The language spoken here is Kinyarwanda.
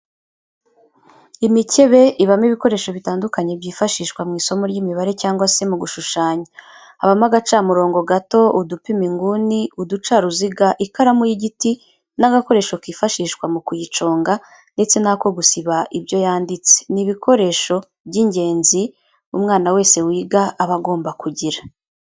Imikebe ibamo ibikoresho bitandukanye byifashishwa mu isomo ry'imibare cyangwa se mu gushushanya, habamo agacamurongo gato, udupima inguni, uducaruziga, ikaramu y'igiti n'agakoresho kifashishwa mu kuyiconga ndetse n'ako gusiba ibyo yanditse, ni ibikoresho by'ingenzi umwana wese wiga aba agomba kugira.